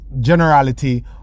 generality